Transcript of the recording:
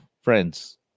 friends